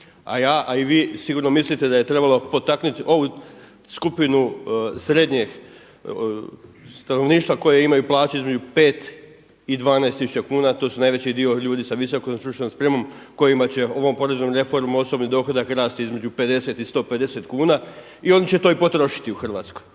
A ja a i vi sigurno mislite da je trebalo potaknuti ovu skupinu srednjeg stanovništva koje imaju plaće između 5 i 12 tisuća kuna, to su najveći dio ljudi sa visokom stručnom spremom, kojima će ovom poreznom reformom osobni dohodak rasti između 50 i 150 kuna i oni će to i potrošiti u Hrvatskoj